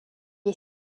est